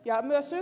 myös ed